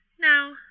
Now